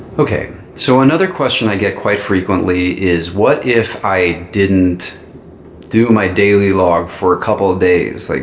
okay. so another question i get quite frequently is what if i didn't do my daily log for a couple of days? like